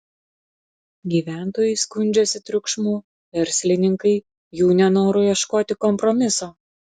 gyventojai skundžiasi triukšmu verslininkai jų nenoru ieškoti kompromiso